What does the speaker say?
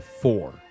four